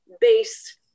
based